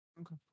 Okay